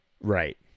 Right